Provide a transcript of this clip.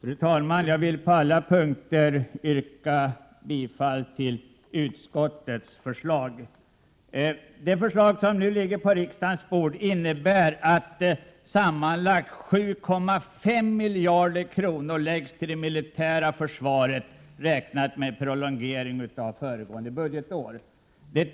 Fru talman! Jag vill på alla punkter yrka bifall till utskottets förslag. Det förslag som nu ligger på riksdagens bord innebär för femårsperioden att sammanlagt 7,5 miljarder kronor läggs till det militära försvaret jämfört med en prolongering av föregående nivå.